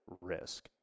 risk